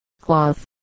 cloth